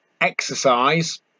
exercise